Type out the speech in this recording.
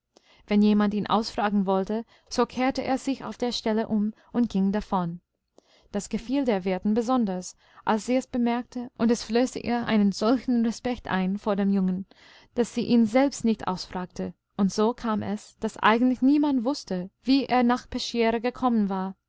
wenn jemand ihn ausfragen wollte so kehrte er sich auf der stelle um und ging davon das gefiel der wirtin besonders als sie es bemerkte und es flößte ihr einen solchen respekt ein vor dem jungen daß sie ihn selbst nicht ausfragte und so kam es daß eigentlich niemand wußte wie er nach peschiera gekommen war